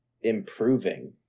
improving